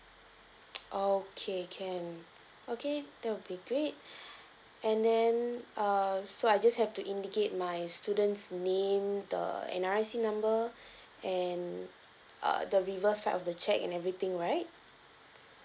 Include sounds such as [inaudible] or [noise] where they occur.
[noise] okay can okay that will be great [breath] and then err so I just have to indicate my student's name the N_R_I_C number and err the reverse side of the cheque and everything right